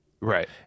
right